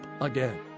again